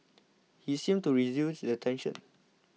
he seemed to reduce the tension